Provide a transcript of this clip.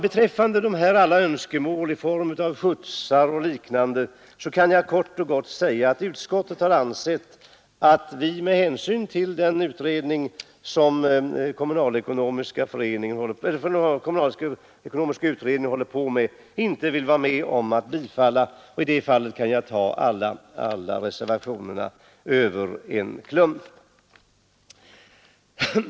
Beträffande de olika önskemålen om skjutsar och liknande kan jag kort och gott säga att utskottet med hänsyn till den pågående kommunalekonomiska utredningen inte kunnat tillgodose dem, och jag tar då alla i en klump.